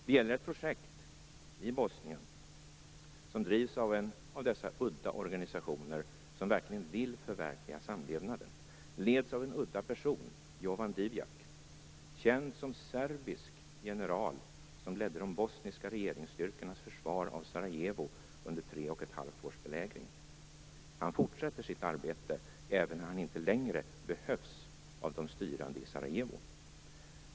Det gäller ett projekt i Bosnien som drivs av en av dessa udda organisationer som verkligen vill förverkliga samlevnaden. Den leds av en udda person - Jovan Divjak - som är känd som serbisk general som ledde de bosniska regeringsstyrkornas försvar av Sarajevo under tre och ett halvt års belägring. Han fortsätter sitt arbete även när han inte längre behövs av de styrande i Sarajevo.